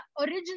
original